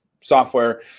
software